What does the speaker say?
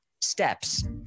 steps